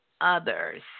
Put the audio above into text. others